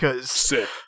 sick